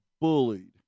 bullied